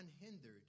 unhindered